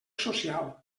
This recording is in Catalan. social